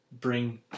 bring